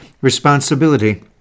responsibility